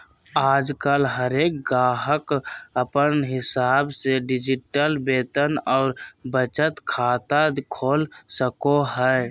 आजकल हरेक गाहक अपन हिसाब से डिजिटल वेतन और बचत खाता खोल सको हय